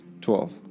Twelve